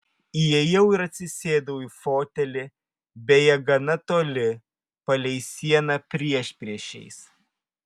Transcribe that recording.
įėjau ir atsisėdau į fotelį beje gana toli palei sieną priešpriešiais